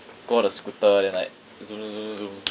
go on a scooter then like zoom zoom zoom